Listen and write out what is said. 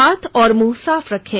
हाथ और मुंह साफ रखें